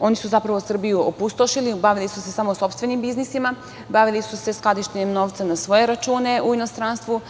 Oni su, zapravo, Srbiju opustošili. Bavili su se samo sopstvenim biznisima, bavili su se skladištenjem novca na svoje račune u inostranstvu,